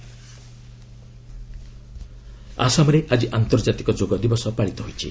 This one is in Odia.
ଆସାମ ଯୋଗ ଡେ ଆସାମରେ ଆକି ଆନ୍ତର୍ଜାତିକ ଯୋଗ ଦିବସ ପାଳିତ ହୋଇଛି